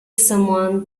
someone